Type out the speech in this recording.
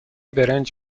برنج